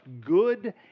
good